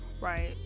Right